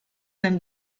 denn